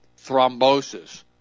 thrombosis